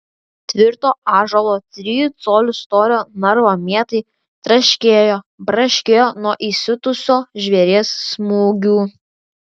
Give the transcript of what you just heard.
tvirto ąžuolo trijų colių storio narvo mietai traškėjo braškėjo nuo įsiutusio žvėries smūgių